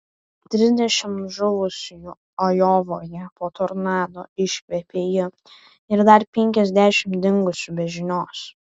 trisdešimt žuvusiųjų ajovoje po tornado iškvepia ji ir dar penkiasdešimt dingusių be žinios